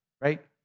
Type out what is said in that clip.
right